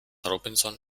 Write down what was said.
robinson